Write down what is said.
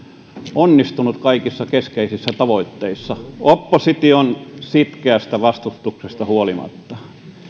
onnistunut kaikissa keskeisissä tavoitteissa opposition sitkeästä vastustuksesta huolimatta